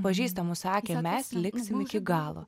pažįstamų sakė mes liksim iki galo